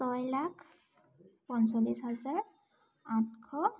ছয় লাখ পঞ্চল্লিছ হাজাৰ আঠশ